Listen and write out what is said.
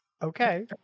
Okay